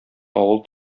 авыл